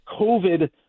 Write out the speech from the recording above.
COVID